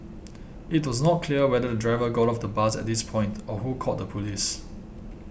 it was not clear whether the driver got off the bus at this point or who called the police